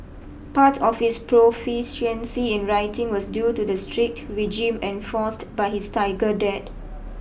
part of his proficiency in writing was due to the strict regime enforced by his tiger dad